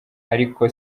ariko